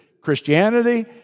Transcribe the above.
Christianity